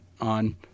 on